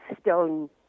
stone